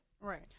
Right